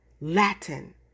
Latin